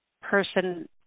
person